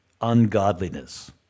ungodliness